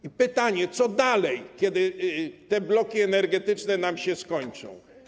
I pytanie, co dalej, kiedy te bloki energetyczne nam się skończą.